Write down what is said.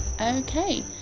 okay